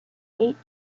eighth